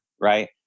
right